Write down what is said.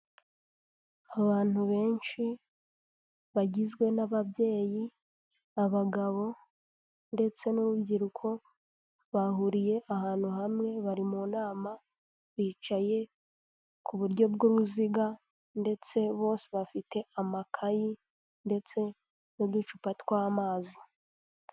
Abantu benshi, bagizwe n'ababyeyi, abagabo ndetse n'urubyiruko, bahuriye ahantu hamwe bari mu nama, bicaye ku buryo bw'uruziga ndetse bose bafite amakayi ndetse n'uducupa tw'amazi.